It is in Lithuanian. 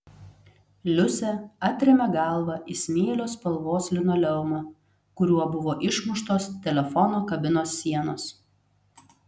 liusė atrėmė galvą į smėlio spalvos linoleumą kuriuo buvo išmuštos telefono kabinos sienos